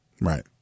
Right